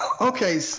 Okay